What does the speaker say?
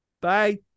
bye